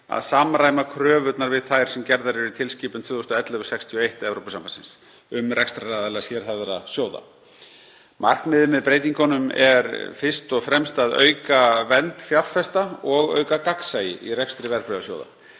að samræma kröfurnar við þær sem gerðar eru í tilskipun 2011/61/ESB um rekstraraðila sérhæfðra sjóða. Markmiðið með breytingunum er fyrst og fremst að auka vernd fjárfesta og auka gagnsæi í rekstri verðbréfasjóða.